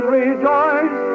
rejoice